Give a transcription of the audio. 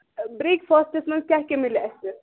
آ برٛیک فاسٹَس مَنٛز کیٛاہ کیٛاہ میلہِ اَسہِ